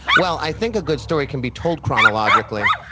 well, i think a good story can be told chronologically,